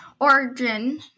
origin